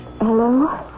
Hello